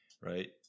right